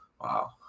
Wow